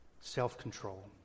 self-control